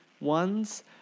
ones